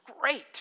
great